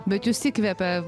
bet jus įkvepia